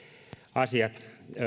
asiat